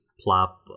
plop